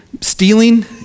stealing